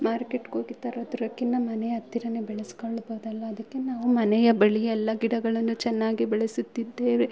ಮಾರ್ಕೆಟ್ಗೋಗಿ ತರೋದಕ್ಕಿಂತ ಮನೆ ಹತ್ತಿರನೇ ಬೆಳೆಸ್ಕೊಳ್ಬಹುದಲ್ವಾ ಅದಕ್ಕೆ ನಾವು ಮನೆಯ ಬಳಿ ಎಲ್ಲ ಗಿಡಗಳನ್ನು ಚೆನ್ನಾಗಿ ಬೆಳೆಸುತ್ತಿದ್ದೇವೆ